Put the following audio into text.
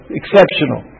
exceptional